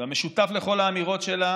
והמשותף לכל האמירות שלה